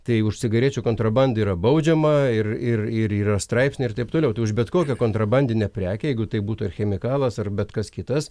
tai už cigarečių kontrabandą yra baudžiama ir ir ir yra straipsniai ir taip toliau tai už bet kokią kontrabandinę prekę jeigu tai būtų chemikalas ar bet kas kitas